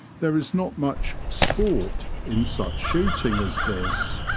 there is not much sport in such shooting as this,